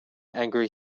angry